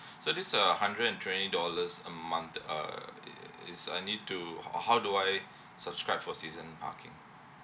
so this err hundred and twenty dollars a month uh err is I need to h~ how do I subscribe for season parking